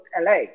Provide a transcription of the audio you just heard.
LA